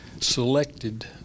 selected